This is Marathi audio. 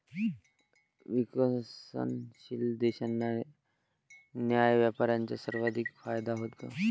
विकसनशील देशांना न्याय्य व्यापाराचा सर्वाधिक फायदा होतो